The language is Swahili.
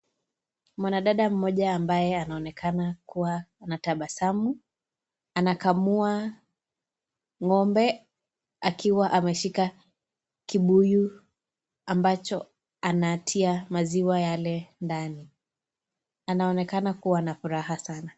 Mwanadada mmoja ambaye anaonekana kuwa na tabasamu, anakamua ngo'mbe akiwa ameshika kibuyu ambacho anatia maziwa yale ndani. Anaonekana kuwa na furaha sana.